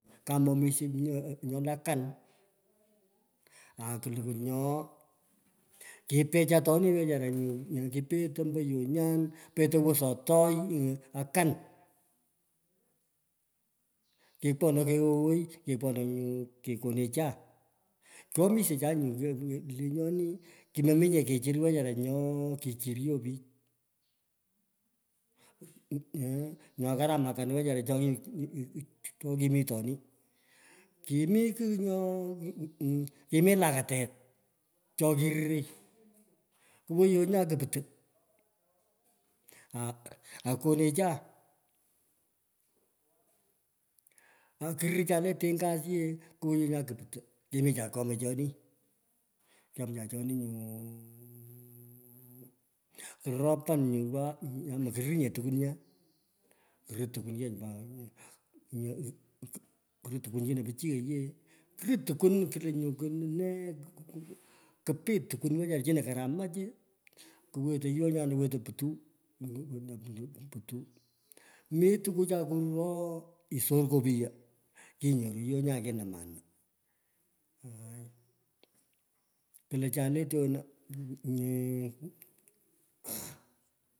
Kaoman misho nyo le akan okolύkωu nyo kipecha atoni wechara nyu yi. Kipetoi ombo yenyan, petei wesotoi, akan керкоnоi keghoghei, kepkenoi nyu kekonecha kyomisyecha cha nyu lenyoni, kimominye kichir wechara nyo kichiryo pich nyo karam akan wechara tokinitoni kimis kigh nyo kimi kim, lakatet. Cho karei. Kuwo yoonyan kuputu oku okonecha. Akurir na le tingas yee kuwo yoo nyan koputu. kemicha keumey choni kyemcha chon, nyuuuu ropan nyu waa mokorir nye nyu tukwun nyaa rirer tukwun yee nyo pat, krit tunwon. Chino pichiyech year kurir tunwun, kunt nye hueu nee kupit tukwun wena china karamach. Kuwator yonyan were. putuu putuu. Mi tukuchai kuroo isor kupiyo, kinyoru yonyan kinamani. Aaai, kulo chule tyonyine